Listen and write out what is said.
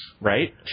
Right